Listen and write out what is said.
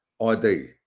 ID